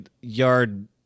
yard